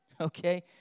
Okay